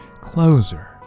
closer